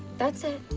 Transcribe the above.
that's it.